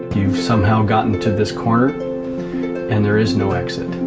you've somehow gotten to this corner and there is no exit,